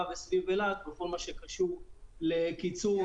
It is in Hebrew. וסביב אילת בכל מה שקשור לקיצור טווחי זמן.